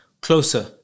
closer